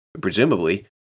presumably